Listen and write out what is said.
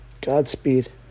Godspeed